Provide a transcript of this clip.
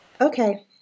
Okay